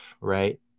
right